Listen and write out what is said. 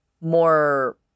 more